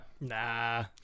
Nah